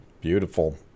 beautiful